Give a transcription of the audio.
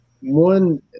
one